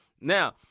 Now